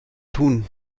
tun